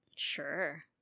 Sure